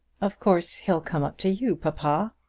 of course he'll come up to you, papa.